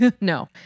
No